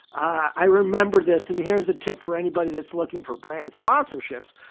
i remembered this. and here's a tip for anybody that's looking for brand sponsorships.